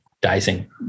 dicing